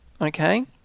Okay